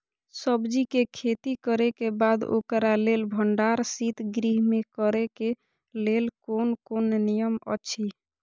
सब्जीके खेती करे के बाद ओकरा लेल भण्डार शित गृह में करे के लेल कोन कोन नियम अछि?